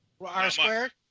R-squared